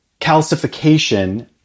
calcification